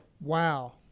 Wow